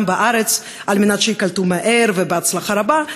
בארץ על מנת שייקלטו מהר ובהצלחה רבה,